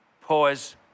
pause